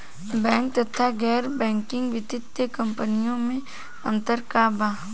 Bank तथा गैर banking वित्तीय कम्पनीयो मे अन्तर का बा?